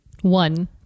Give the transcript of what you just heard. one